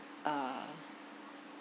uh